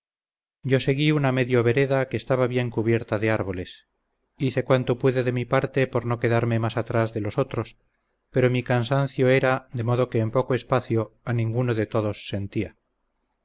yo seguí una medvereda que estaba bien cubierta de árboles hice cuanto pude de mi parte por no quedarme más atrás de los otros pero mi cansancio era de modo que en poco espacio a ninguno de todos sentía